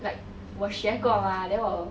like 我学过吗 then 我